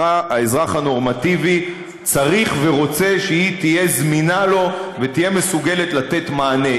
האזרח הנורמטיבי צריך ורוצה שהיא תהיה זמינה לו ותהיה מסוגלת לתת מענה.